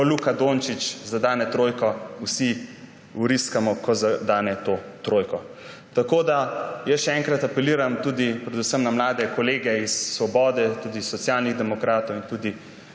Luka Dončić zadene trojko, vsi vriskamo, ko zadene to trojko. Še enkrat apeliram predvsem na mlade kolege iz Svobode, tudi Socialnih demokratov, in tudi